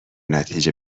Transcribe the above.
نتیجه